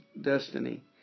destiny